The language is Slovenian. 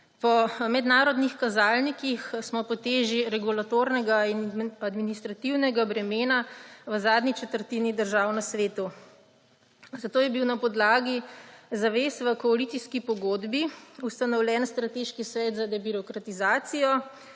Po mednarodnih kazalnikih smo po teži regulatornega in administrativnega bremena v zadnji četrtini držav na svetu. Zato je bil na podlagi zavez v koalicijski pogodbi ustanovljen Strateški svet za debirokratizacijo,